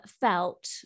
felt